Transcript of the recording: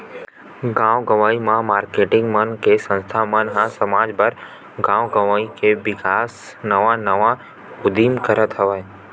गाँव गंवई म मारकेटिंग मन के संस्था मन ह समाज बर, गाँव गवई के बिकास नवा नवा उदीम करत हवय